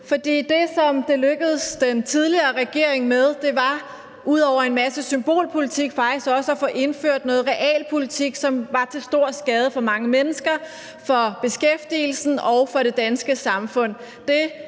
Det, som det lykkedes den tidligere regering, var ud over en masse symbolpolitik faktisk også at få indført noget realpolitik, som var til stor skade for mange mennesker, for beskæftigelsen og for det danske samfund.